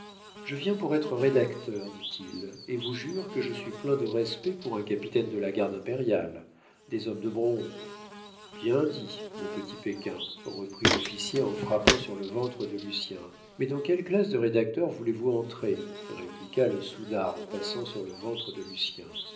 je viens pour être rédacteur dit-il et vous jure que je suis plein de respect pour un capitaine de la garde impériale des hommes de bronze bien dit mon petit pékin reprit l'officier en frappant sur le ventre de lucien mais dans quelle classe des rédacteurs voulez-vous entrer répliqua le soudard en passant sur le ventre de lucien